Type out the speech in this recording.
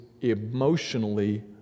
emotionally